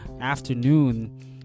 afternoon